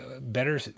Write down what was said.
better